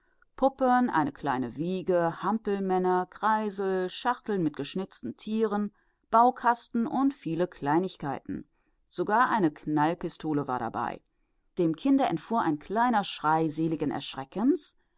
puppen eine kleine wiege hampelmänner kreisel schachteln mit geschnitzten tieren baukasten und viele kleinigkeiten sogar eine knallpistole war dabei dem kinde entfuhr ein kleiner schrei